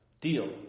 deal